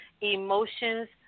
Emotions